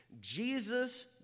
Jesus